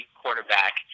quarterback